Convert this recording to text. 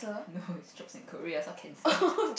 no is in Korea so cancel